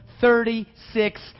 Thirty-six